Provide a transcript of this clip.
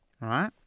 right